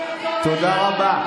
תודה רבה.